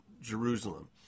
Jerusalem